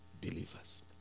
believers